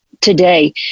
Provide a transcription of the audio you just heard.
today